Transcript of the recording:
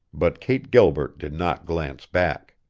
but kate gilbert did not glance back.